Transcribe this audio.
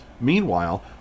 Meanwhile